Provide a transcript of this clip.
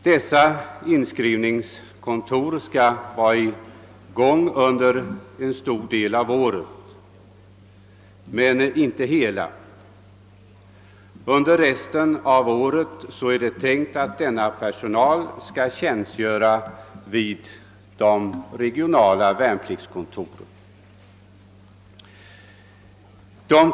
Dessa inskrivningskontor skall vara i verksamhet under en stor del av året, dock inte hela. Under resten av året skall denna personal tjänstgöra vid de regionala värnpliktskontoren.